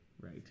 Right